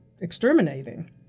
exterminating